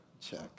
check